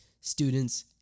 students